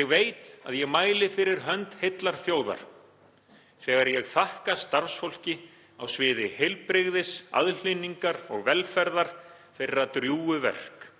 Ég veit að ég mæli fyrir hönd heillar þjóðar þegar ég þakka starfsfólki á sviði heilbrigðis, aðhlynningar og velferðar þeirra drjúgu verk.